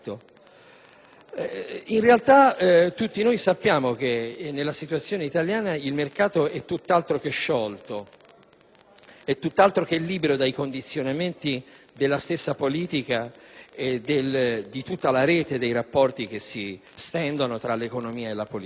In realtà, sappiamo tutti che nella situazione italiana il mercato è tutt'altro che sciolto e libero dai condizionamenti della stessa politica e della rete di rapporti che si stendono tra l'economia e la politica.